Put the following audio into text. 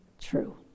true